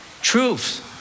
Truths